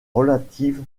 relative